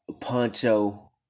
poncho